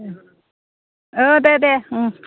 दे दे